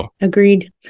Agreed